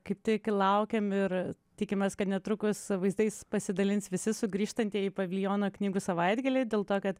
kaip tik laukiam ir tikimės kad netrukus vaizdais pasidalins visi sugrįžtantieji į paviljoną knygų savaitgalį dėl to kad